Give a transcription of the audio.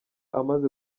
amaze